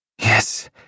Yes